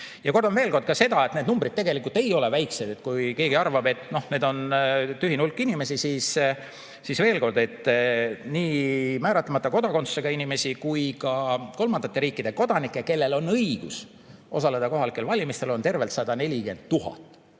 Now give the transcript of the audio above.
Kordan veel seda, et need numbrid tegelikult ei ole väikesed. Kui keegi arvab, et need on tühine hulk inimesi, siis kordan üle, et nii määratlemata kodakondsusega inimesi kui ka kolmandate riikide kodanikke, kellel on õigus osaleda kohalikel valimistel, on tervelt 140 000